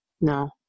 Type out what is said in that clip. No